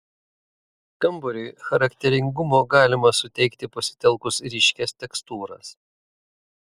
kambariui charakteringumo galima suteikti pasitelkus ryškias tekstūras